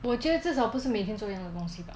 我觉得至少不是每天做一样的东西 bah